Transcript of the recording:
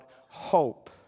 hope